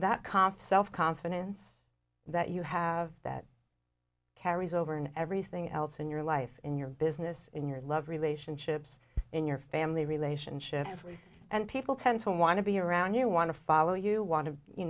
cough self confidence that you have that carries over in everything else in your life in your business in your love relationships in your family relationships are free and people tend to want to be around you want to follow you want to you